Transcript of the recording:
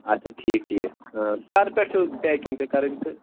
اچھا ٹھیٖک ٹھیٖک کَر پٮ۪ٹھ چھُو پیکِنٛگ تۅہہِ کَرٕنۍ تہٕ